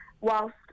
whilst